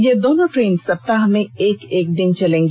ये दोनों ट्रेन सप्ताह में एक एक दिन चलेगी